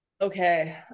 Okay